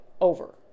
over